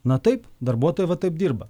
na taip darbuotojai va taip dirba